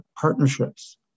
partnerships